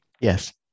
Yes